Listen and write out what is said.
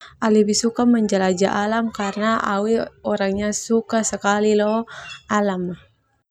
Au lebih suka menjelajah alam karna au orangnya suka sekali leo alam.